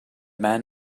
man